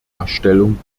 erstellung